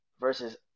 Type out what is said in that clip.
versus